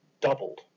doubled